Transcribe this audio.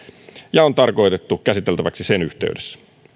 ja on tarkoitettu käsiteltäväksi sen yhteydessä